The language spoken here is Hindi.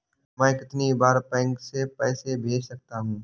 मैं कितनी बार बैंक से पैसे भेज सकता हूँ?